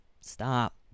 stop